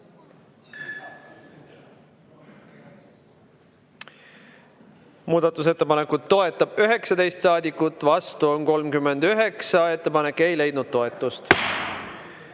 Muudatusettepanekut toetab 19 saadikut, vastu on 39. Ettepanek ei leidnud toetust.